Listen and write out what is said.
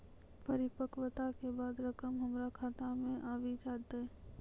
परिपक्वता के बाद रकम हमरा खाता मे आबी जेतै?